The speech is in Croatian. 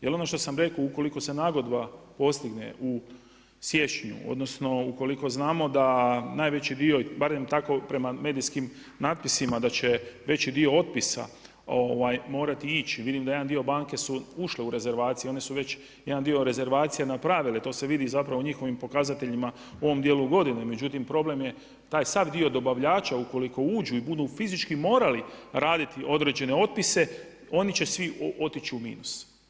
Jer ono što sam rekao ukoliko se nagodba postigne u siječnju odnosno ukoliko znamo da najveći dio barem tako prema medijskim natpisima da će veći dio otpisa morati ići, vidim da jedan dio banke su ušle u rezervaciju one su već jedan dio rezervacija napravile, to se vidi u njihovim pokazateljima u ovom dijelu godine, međutim problem je taj sav dio dobavljača ukoliko uđu i budu fizički morali raditi određene otpise oni će svi otići u minus.